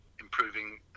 improving